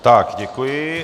Tak děkuji.